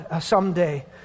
someday